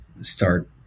start